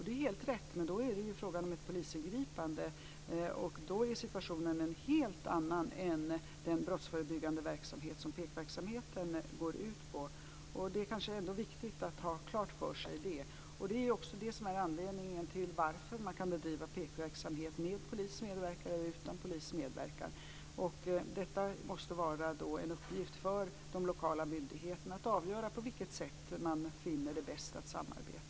Det är helt rätt, men då är det frågan om ett polisingripande. Då är situationen en helt annan än den brottsförebyggande verksamhet som PEK-verksamheten går ut på. Det är kanske ändå viktigt att ha det klart för sig. Det är också det som är anledningen till varför man kan bedriva PEK-verksamhet med polisens medverkan eller utan polisens medverkan. Det måste vara en uppgift för de lokala myndigheterna att avgöra på vilket sätt man finner det bäst att samarbeta.